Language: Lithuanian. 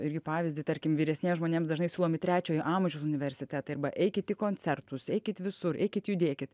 irgi pavyzdį tarkim vyresniems žmonėms dažnai siūlomi trečiojo amžiaus universitetai arba eikit į koncertus eikit visur eikit judėkit